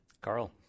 Carl